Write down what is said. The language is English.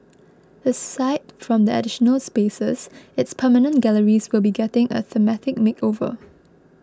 aside from the additional spaces its permanent galleries will be getting a thematic makeover